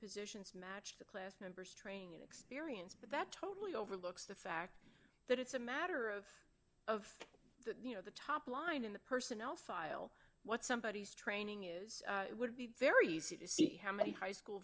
positions matched the clambers training experience but that totally overlooks the fact that it's a matter of of the you know the top line in the personnel file what somebody is training is it would be very easy to see how many high school